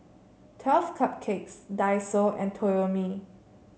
Twelve Cupcakes Daiso and Toyomi